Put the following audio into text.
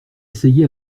essayé